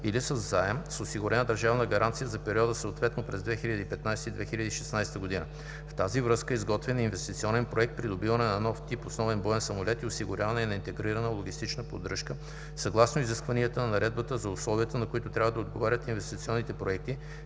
или със заем с осигурена държавна гаранция за периода съответно през 2015 и 2016 г. В тази връзка е изготвен Инвестиционен проект „Придобиване на нов тип основен боен самолет и осигуряване на интегрирана логистична поддръжка“ съгласно изискванията на Наредба за условията, на които трябва да отговарят инвестиционните проекти,